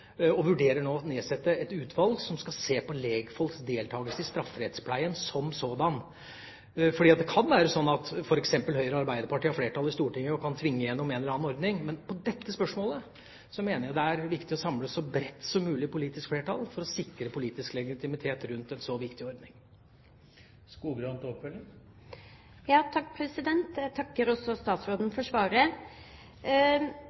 og vi vurderer nå å nedsette et utvalg som skal se på lekfolks deltakelse i strafferettspleien som sådan. Det kan være slik at f.eks. Høyre og Arbeiderpartiet har flertall i Stortinget og kan tvinge gjennom en eller annen ordning, men i dette spørsmålet mener jeg det er viktig å samle et så bredt politisk flertall som mulig for å sikre politisk legitimitet rundt en så viktig ordning. Jeg takker statsråden for svaret. Jeg